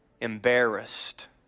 embarrassed